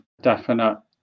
definite